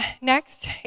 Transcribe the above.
Next